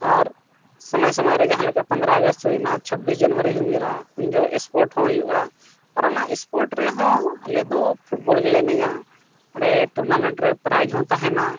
ᱟᱨ ᱥᱚᱢᱚᱭ ᱥᱚᱢᱚᱭ ᱨᱮ ᱡᱟᱦᱟᱸᱞᱮᱠᱟ ᱯᱚᱸᱫᱽᱨᱚ ᱟᱜᱚᱥᱴ ᱦᱩᱭᱱᱟ ᱪᱷᱟᱵᱵᱤᱥ ᱡᱟᱹᱱᱩᱣᱟᱨᱤ ᱦᱩᱭᱮᱱᱟ ᱩᱱ ᱡᱚᱠᱷᱮᱡ ᱥᱯᱳᱨᱴ ᱦᱚᱸ ᱦᱩᱭᱩᱜᱼᱟ ᱟᱨ ᱚᱱᱟ ᱥᱯᱳᱨᱴ ᱨᱮᱦᱚᱸ ᱟᱞᱮᱫᱚ ᱯᱷᱩᱴᱵᱚᱞ ᱜᱮᱞᱮ ᱮᱱᱮᱡᱟ ᱚᱸᱰᱮ ᱴᱩᱨᱱᱟᱢᱮᱱᱴ ᱨᱮ ᱯᱨᱟᱭᱤᱡᱽ ᱦᱚᱸ ᱛᱟᱦᱮᱱᱟ